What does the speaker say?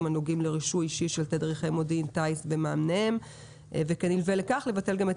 הנוגעים לרישוי אישי של תדריכני מודיעין טיס ומאמניהם ולבטל גם את